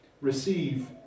Receive